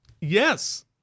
Yes